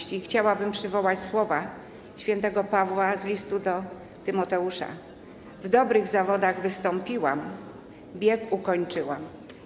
Podsumowując, chciałabym przywołać słowa św. Pawła z Listu do Tymoteusza: W dobrych zawodach wystąpiłam, bieg ukończyłam.